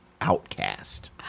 Outcast